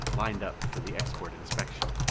lined up for the export inspection.